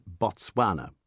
Botswana